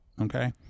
Okay